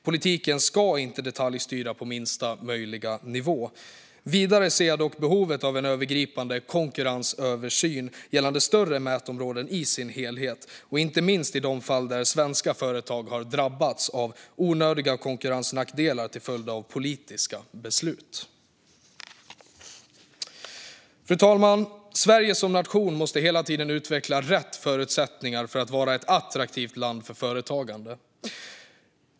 Politiken ska inte detaljstyra på minsta möjliga nivå. Jag ser dock behov av en övergripande konkurrensöversyn av större mätområden i sin helhet, inte minst i de fall svenska företag drabbats av onödiga konkurrensnackdelar till följd av politiska beslut. Fru talman! Sverige som nation måste hela tiden utveckla rätt förutsättningar för att vara ett attraktivt land för företagande.